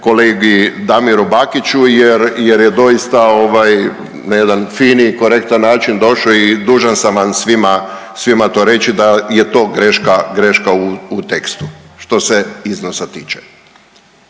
kolegi Damiru Bakiću jer, jer je doista ovaj na jedan fin i korektan način došao i dužan sam vam svima, svima to reći da je to greška, greška u tekstu, što se iznosa tiče.